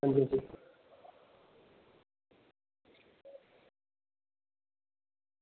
हां जी हां जी